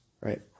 right